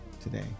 today